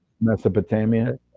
Mesopotamia